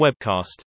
webcast